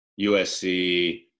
USC